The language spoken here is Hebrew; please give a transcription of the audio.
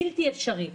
בלתי אפשרי.